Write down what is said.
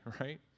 right